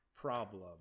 problem